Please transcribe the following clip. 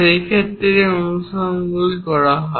এই ক্ষেত্রে এইগুলি অনুসরণ করা হয়